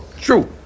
True